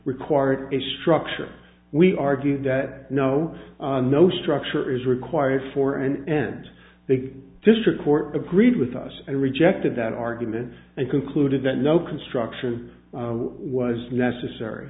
required a structure we argued that no no structure is required for and the district court agreed with us and rejected that argument and concluded that no construction was necessary